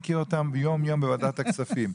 אותם יום-יום בוועדת הכספים.